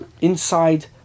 inside